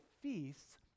feasts